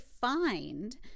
find